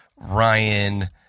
Ryan